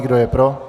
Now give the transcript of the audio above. Kdo je pro?